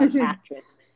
actress